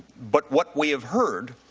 but what we have heard